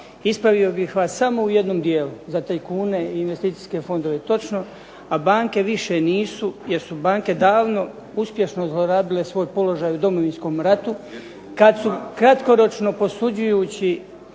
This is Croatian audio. Ispravio bih vas samo u jednom dijelu, za tajkune i investicijske fondove točno, a banke više nisu jer su banke davno uspješno zlorabile svoj položaj u Domovinskom ratu, kada su kratkoročno posuđujući